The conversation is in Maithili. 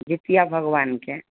जीतिया भगवानके